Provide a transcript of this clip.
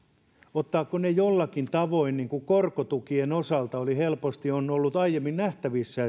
ottavatko ne jollakin tavoin niin kuin korkotukien osalta on helposti ollut aiemmin nähtävissä